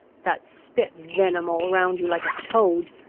that spit venom all round you like a toad,